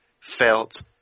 felt